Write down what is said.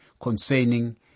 concerning